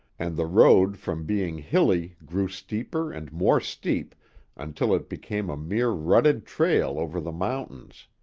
and the road from being hilly grew steeper and more steep until it became a mere rutted trail over the mountains.